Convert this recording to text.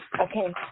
Okay